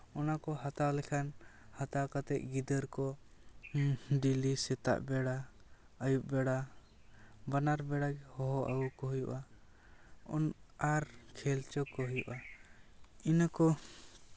ᱚᱱᱟ ᱠᱚ ᱦᱟᱛᱟᱣ ᱞᱮᱠᱷᱟᱱ ᱦᱟᱛᱟᱣ ᱠᱟᱛᱮᱜ ᱜᱤᱫᱽᱨᱟᱹ ᱠᱚ ᱰᱮᱹᱞᱤ ᱥᱮᱛᱟᱜ ᱵᱮᱲᱟ ᱟᱹᱭᱩᱵ ᱵᱮᱲᱟ ᱵᱟᱱᱟᱨ ᱵᱮᱲᱟ ᱜᱮ ᱦᱚᱦᱚ ᱟᱹᱜᱩ ᱠᱚ ᱦᱩᱭᱩᱜᱼᱟ ᱩᱱ ᱟᱨ ᱠᱷᱮᱞ ᱦᱚᱪᱚ ᱠᱚ ᱦᱩᱭᱩᱜᱼᱟ ᱤᱱᱟᱹᱠᱚ